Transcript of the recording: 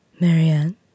Marianne